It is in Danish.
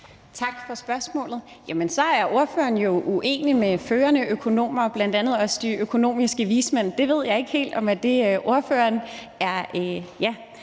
Tak for spørgsmålet. Jamen så er ordføreren jo uenig med førende økonomer, bl.a. også de økonomiske vismænd. Jeg ved ikke helt, om det er det, ordføreren er.